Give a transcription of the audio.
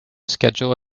schedule